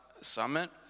Summit